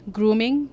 Grooming